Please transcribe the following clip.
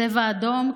צבע אדום,